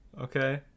okay